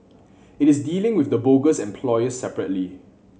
it is dealing with the bogus employers separately